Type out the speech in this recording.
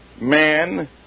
man